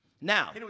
Now